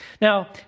Now